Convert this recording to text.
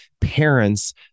parents